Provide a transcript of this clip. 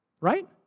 Right